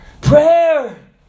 Prayer